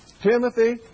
Timothy